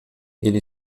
ele